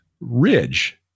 ridge